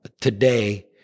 today